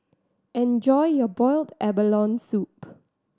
enjoy your boiled abalone soup